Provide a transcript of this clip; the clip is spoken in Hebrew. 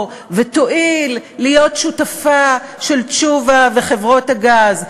ותואיל להיות שותפה של תשובה וחברות הגז.